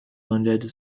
wounded